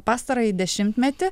pastarąjį dešimtmetį